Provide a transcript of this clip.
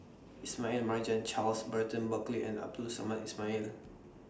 Ismail Marjan Charles Burton Buckley and Abdul Samad Ismail